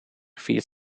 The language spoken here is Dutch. viert